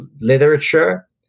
literature